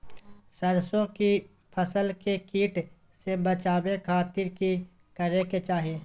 सरसों की फसल के कीट से बचावे खातिर की करे के चाही?